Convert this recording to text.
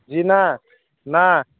जी नहि नहि